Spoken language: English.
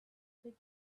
take